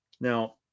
Now